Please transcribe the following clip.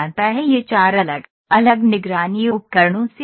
यह 4 अलग अलग निगरानी उपकरणों से बना है